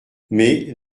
mais